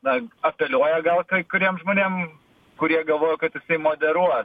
na apeliuoja gal kai kuriem žmonėm kurie galvojo kad jisai moderuos